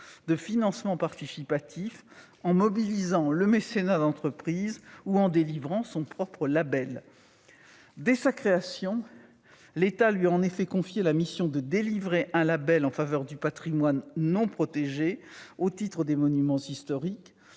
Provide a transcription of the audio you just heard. de financement participatif, en mobilisant le mécénat d'entreprise ou en délivrant son propre label. Dès sa création, l'État lui a en effet confié la mission de délivrer un label en faveur du patrimoine non protégé au titre des monuments historiques,